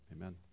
Amen